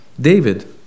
David